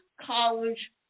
college